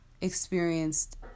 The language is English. experienced